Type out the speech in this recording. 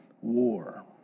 war